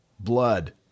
Blood